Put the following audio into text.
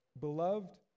beloved